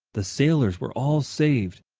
the sailors were all saved,